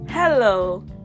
hello